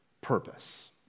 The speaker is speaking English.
purpose